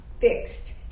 fixed